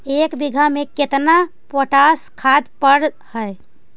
एक बिघा में केतना पोटास खाद पड़ है?